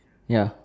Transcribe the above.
ya